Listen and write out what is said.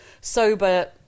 sober